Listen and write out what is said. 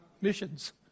missions